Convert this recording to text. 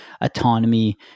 autonomy